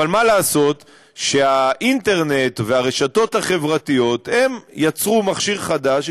אבל מה לעשות שהאינטרנט והרשתות החברתיות יצרו מכשיר חדש,